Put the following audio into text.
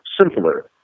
simpler